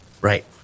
Right